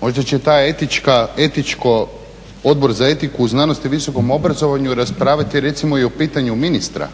Možda će Odbor za etiku u znanosti i visokom obrazovanju raspravljati recimo i o pitanju ministra